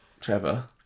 Trevor